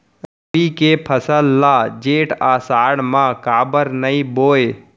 रबि के फसल ल जेठ आषाढ़ म काबर नही बोए?